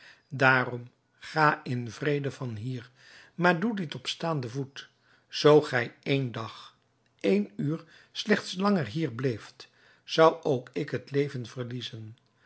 daarom ga in vrede van hier maar doe dit op staanden voet zoo gij één dag één uur slechts langer hier bleeft zou ook ik het leven verliezen